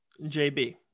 JB